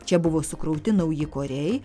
čia buvo sukrauti nauji koriai